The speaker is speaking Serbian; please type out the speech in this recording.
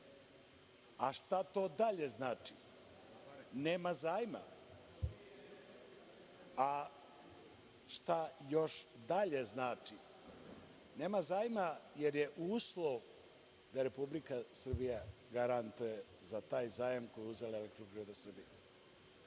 A šta to dalje znači? Znači – nema zajma. A šta još dalje znači – nema zajma jer je uslov da Republika Srbija garantuje za taj zajam koji je uzela „Elektroprivreda Srbije“.